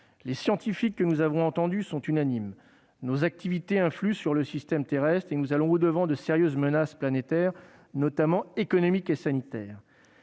Les scientifiques que nous avons entendus sont unanimes : nos activités influent sur le système terrestre, et nous allons au-devant de sérieuses menaces planétaires, notamment économiques et sanitaires.